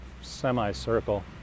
semi-circle